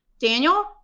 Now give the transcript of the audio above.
Daniel